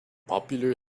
popular